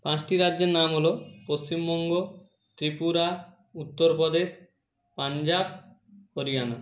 পাঁচটি রাজ্যের নাম হলো পশ্চিমবঙ্গ ত্রিপুরা উত্তর প্রদেশ পাঞ্জাব হরিয়ানা